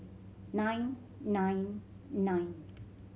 nine nine nine